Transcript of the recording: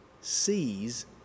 sees